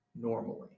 Normally